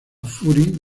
fury